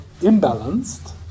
imbalanced